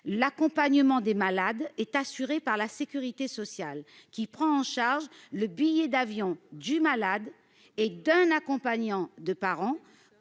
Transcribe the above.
L'accompagnement des malades est assuré par la sécurité sociale, qui prend en charge le prix du billet d'avion du malade et celui d'un accompagnant, ou encore